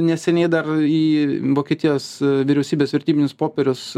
neseniai dar į vokietijos vyriausybės vertybinius popierius